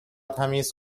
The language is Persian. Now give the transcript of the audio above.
تمیز